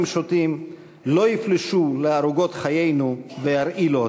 שוטים לא יפלשו לערוגות חיינו וירעילו אותן.